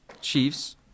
Chiefs